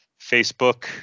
Facebook